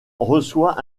reçoit